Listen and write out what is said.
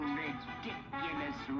ridiculous